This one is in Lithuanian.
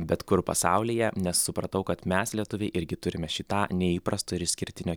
bet kur pasaulyje nes supratau kad mes lietuviai irgi turime šį tą neįprasto ir išskirtinio